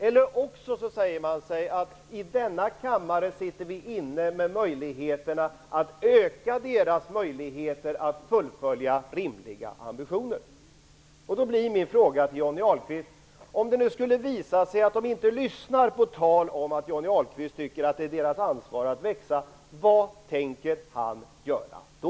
Man kan också säga att vi i denna kammare sitter inne med möjligheterna att öka deras chanser att fullfölja rimliga ambitioner. Då blir min fråga till Johnny Ahlqvist: Om det skulle visa sig att företagen inte lyssnar på tal om att Johnny Ahlqvist tycker att det är deras ansvar att växa, vad tänker han göra då?